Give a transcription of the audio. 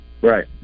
Right